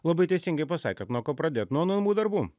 labai teisingai pasakėt nuo ko pradėt nuo namų darbų